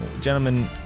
Gentlemen